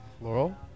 Laurel